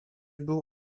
był